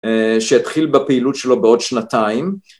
שהתחיל בפעילות שלו בעוד שנתיים.